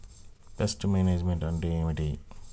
Pest management అంటే ఏమిటి?